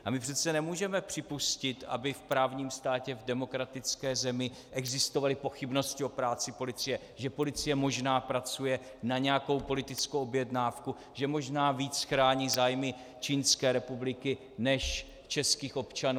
A my přece nemůžeme připustit, aby v právním státě, v demokratické zemi existovaly pochybnosti o práci policie, že policie možná pracuje na nějakou politickou objednávku, že možná víc chrání zájmy Čínské republiky než českých občanů atd., atd.